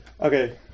okay